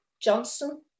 Johnson